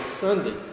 Sunday